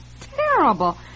terrible